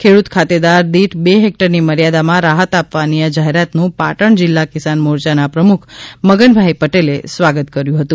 ખેડૂત ખાતેદાર દીઠ બે હેકટરની મર્યાદામાં રાહત આપવાની આ જાહેરાતનું પાટણ જિલ્લા કિસાન મોરચાના પ્રમુખ મગનભાઈ પટેલે સ્વાગત કર્યું હતું